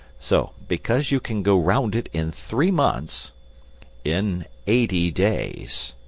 so, because you can go round it in three months in eighty days,